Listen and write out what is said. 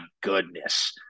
goodness